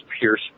Pierce